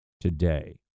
today